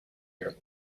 your